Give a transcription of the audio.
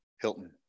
hilton